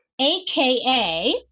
aka